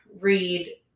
read